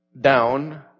Down